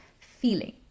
feeling